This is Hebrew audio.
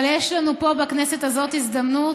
אבל יש לנו פה בכנסת הזאת הזדמנות,